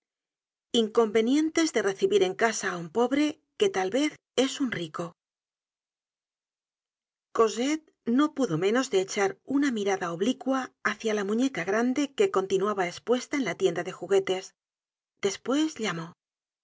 inconvenientes de recibir en casa á un pobre que tal vez es cosette no pudo menos de echar una mirada oblicua hácia la muñeca grande que continuaba espuesta en la tienda de juguetes despues llamó